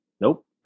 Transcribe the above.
Nope